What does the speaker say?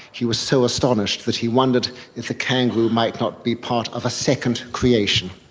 he was so astonished that he wondered if the kangaroo might not be part of a second creation.